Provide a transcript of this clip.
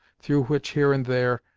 through which, here and there,